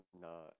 No